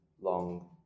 long